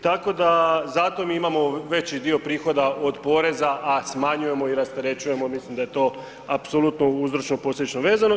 Tako da zato mi imamo veći dio prihoda od poreza a smanjujemo i rasterećujemo mislim da je to apsolutno uzročno, posljedično vezano.